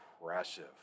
impressive